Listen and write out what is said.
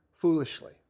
Foolishly